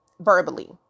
Verbally